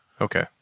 Okay